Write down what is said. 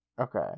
Okay